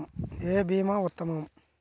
ఏ భీమా ఉత్తమము?